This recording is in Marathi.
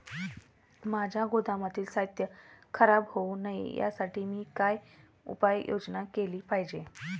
माझ्या गोदामातील साहित्य खराब होऊ नये यासाठी मी काय उपाय योजना केली पाहिजे?